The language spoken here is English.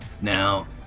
Now